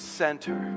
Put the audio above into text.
center